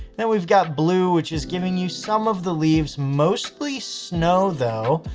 then we've got blue, which is giving you some of the leaves, mostly snow though.